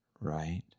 right